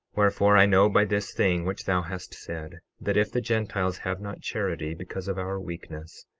wherefore, i know by this thing which thou hast said, that if the gentiles have not charity, because of our weakness,